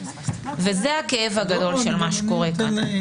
וזה הכאב הגדול של מה שקורה כאן.